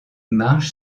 marge